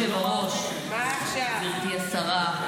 כבוד היושב-ראש, גברתי השרה,